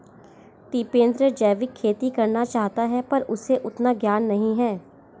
टिपेंद्र जैविक खेती करना चाहता है पर उसे उतना ज्ञान नही है